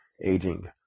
aging